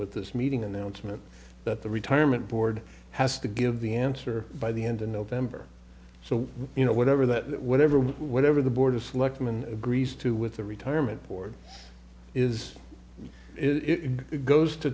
with this meeting announcement that the retirement board has to give the answer by the end of november so you know whatever that whatever whatever the board of selectmen agrees to with the retirement board is if it goes to